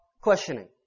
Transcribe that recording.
questioning